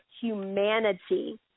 humanity